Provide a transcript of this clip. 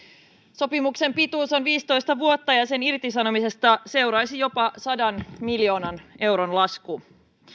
sopimuksen pituus on viisitoista vuotta ja sen irtisanomisesta seuraisi jopa sadan miljoonan euron lasku